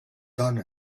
done